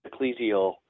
ecclesial